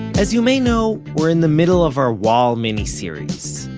as you may know, we're in the middle of our wall miniseries,